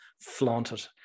flaunted